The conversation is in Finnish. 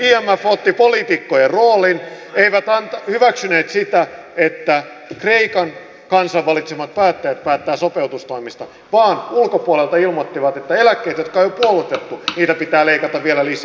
imf otti poliitikkojen roolin eivät hyväksyneet sitä että kreikan kansan valitsemat päättäjät päättävät sopeutustoimista vaan ulkopuolelta ilmoittivat että eläkkeitä jotka on jo puolitettu pitää leikata vielä lisää